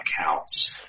accounts